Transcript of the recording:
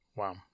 Wow